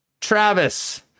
Travis